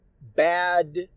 Bad